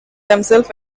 themselves